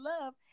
love